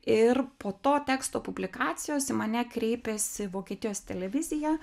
ir po to teksto publikacijos į mane kreipėsi vokietijos televizija